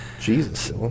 Jesus